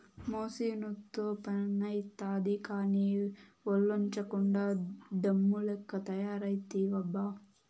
మెసీనుతో పనైతాది కానీ, ఒల్లోంచకుండా డమ్ము లెక్క తయారైతివబ్బా